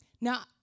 Now